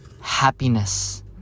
happiness